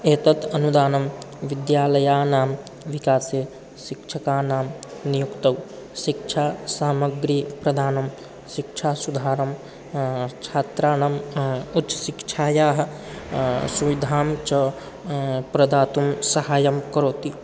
एतत् अनुदानं विद्यालयानां विकासे शिक्षकाणां नियुक्तौ शिक्षासामग्रीप्रदानं शिक्षासुधारं छात्राणाम् उच्चशिक्षायाः सुविधां च प्रदातुं सहायं करोति